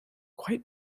quite